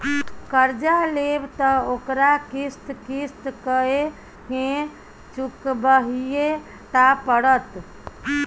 कर्जा लेब त ओकरा किस्त किस्त कए केँ चुकबहिये टा पड़त